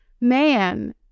man